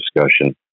discussion